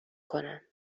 کنم